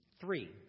Three